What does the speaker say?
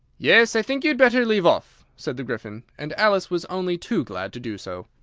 yes, i think you'd better leave off, said the gryphon and alice was only too glad to do so.